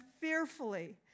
fearfully